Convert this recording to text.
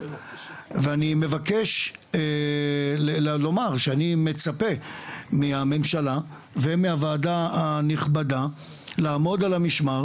ואני מבקש לומר שאני מצפה מהממשלה ומהוועדה הנכבדה לעמוד על המשמר